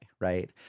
right